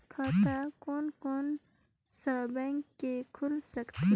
खाता कोन कोन सा बैंक के खुल सकथे?